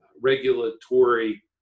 regulatory